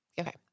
Okay